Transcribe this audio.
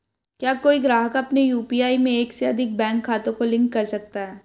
क्या कोई ग्राहक अपने यू.पी.आई में एक से अधिक बैंक खातों को लिंक कर सकता है?